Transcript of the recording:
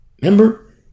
Remember